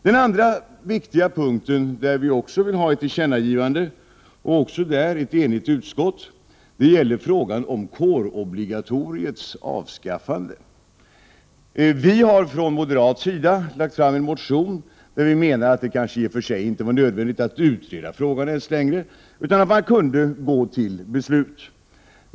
Den andra viktiga punkt där ett enigt utskott vill göra ett tillkännagivande gäller kårobligatoriets avskaffande. Vi har från moderat håll lagt fram en motion. Vi framhåller att det kanske inte längre ens är nödvändigt att utreda frågan, utan att man nu kan gå till beslut.